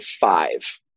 five